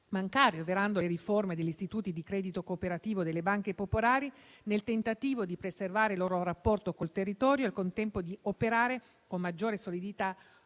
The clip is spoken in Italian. bancario, varando le riforme degli istituti di credito cooperativo e delle banche popolari, nel tentativo di preservare il loro rapporto col territorio e, al contempo, di operare con maggiore solidità